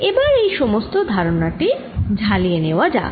এবার এই সমস্ত ধারণা টি ঝালিয়ে নেওয়া যাক